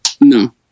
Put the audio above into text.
No